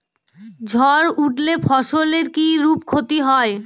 ঝড় উঠলে ফসলের কিরূপ ক্ষতি হয়?